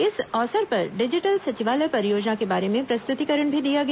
इस अवसर पर डिजिटल सचिवालय परियोजना के बारे में प्रस्तुतिकरण भी दिया गया